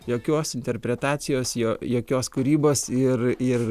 jokios interpretacijos jo jokios kūrybos ir ir